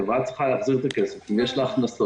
חברה צריכה להחזיר את הכסף אם יש לה הכנסות,